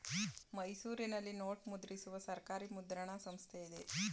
ಮೈಸೂರಿನಲ್ಲಿ ನೋಟು ಮುದ್ರಿಸುವ ಸರ್ಕಾರಿ ಮುದ್ರಣ ಸಂಸ್ಥೆ ಇದೆ